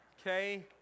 Okay